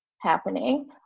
happening